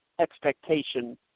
expectation